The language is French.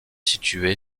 situé